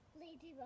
Ladybug